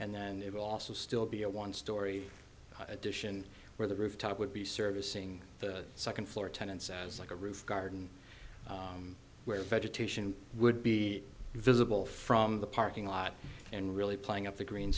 and then it will also still be a one story addition where the rooftop would be servicing the second floor tenants as like a roof garden where vegetation would be visible from the parking lot and really playing up the green